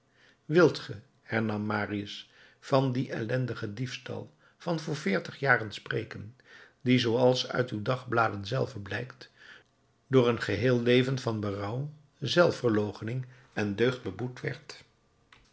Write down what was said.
wilt ge hernam marius van dien ellendigen diefstal van voor veertig jaren spreken die zooals uit uw dagbladen zelve blijkt door een geheel leven van berouw zelfverloochening en deugd geboet werd